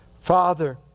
Father